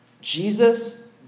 Jesus